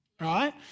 right